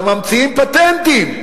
גם ממציאים פטנטים,